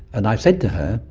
and i've said to her,